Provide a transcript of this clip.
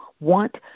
Want